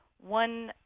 one